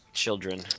children